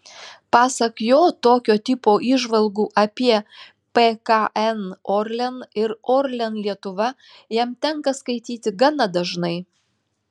pasak jo tokio tipo įžvalgų apie pkn orlen ir orlen lietuva jam tenka skaityti gana dažnai